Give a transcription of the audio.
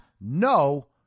no